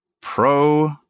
Pro